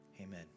amen